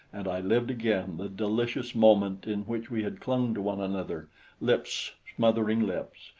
and i lived again the delicious moment in which we had clung to one another lips smothering lips,